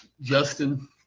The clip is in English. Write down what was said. Justin